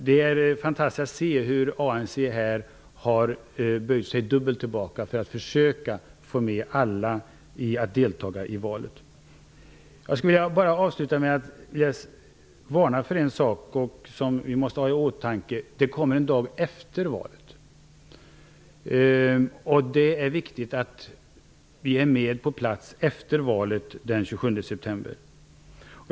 Det är fantastiskt att se hur ANC har böjt sig dubbelt tillbaka för att försöka få alla parter att delta i valet. Jag vill avslutningsvis påminna om och varna för något som vi måste ha i åtanke, nämligen att det kommer en dag även efter valet. Det är viktigt att vi är på plats efter valet den 27 april.